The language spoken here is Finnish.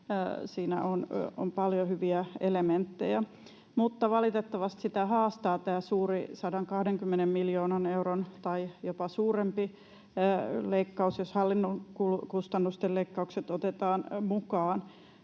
siinä on paljon hyviä elementtejä, mutta valitettavasti sitä haastaa tämä suuri 120 miljoonan euron tai jopa suurempi leikkaus, jos hallinnon kustannusten leikkaukset otetaan mukaan.